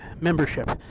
membership